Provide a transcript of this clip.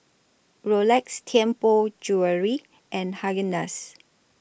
Rolex Tianpo Jewellery and Haagen Dazs